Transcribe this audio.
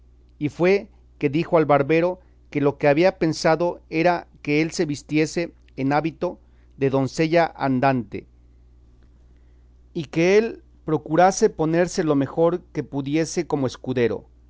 y fue que dijo al barbero que lo que había pensado era que él se vestiría en hábito de doncella andante y que él procurase ponerse lo mejor que pudiese como escudero